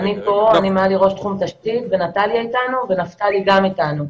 נטליה ונפתלי איתנו.